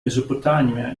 mesopotamia